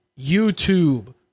YouTube